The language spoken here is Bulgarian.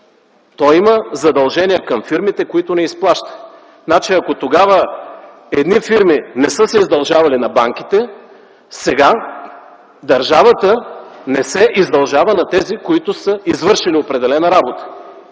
То има задължения към фирмите, които не изплаща. Ако тогава едни фирми не са се издължавали на банките, сега държавата не се издължава на тези, които са извършили определена работа.